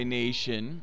nation